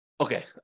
Okay